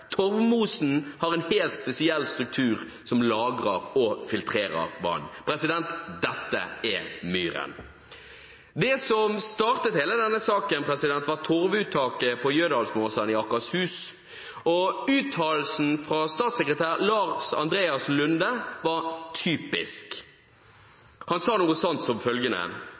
torvmosen har en helt spesiell struktur som lagrer og filtrerer vann. Dette er myren. Det som startet hele denne saken, var torvuttaket på Jødahlsmåsan i Akershus, og uttalelsen fra statssekretær Lars Andreas Lunde var typisk.